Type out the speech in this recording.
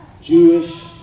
Jewish